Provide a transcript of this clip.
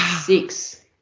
Six